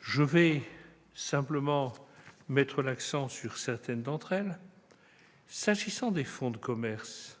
Je vais simplement mettre l'accent sur certaines d'entre elles. S'agissant des fonds de commerce,